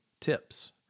tips